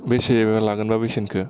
बेसे लागोनबा बेसेनखौ